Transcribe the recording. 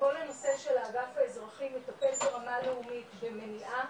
כל הנושא של האגף המזרחי מתפקד ברמה לאומית במניעה,